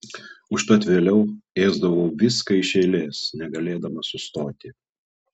užtat vėliau ėsdavau viską iš eilės negalėdama sustoti